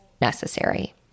necessary